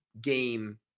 game